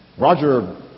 Roger